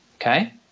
okay